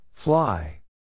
Fly